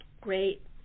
great